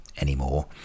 anymore